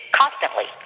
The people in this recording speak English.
constantly